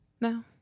No